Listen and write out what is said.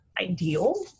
ideal